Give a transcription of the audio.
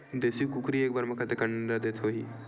देशी कुकरी एक बार म कतेकन अंडा देत होही?